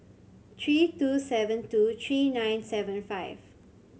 three two seven two three nine seven five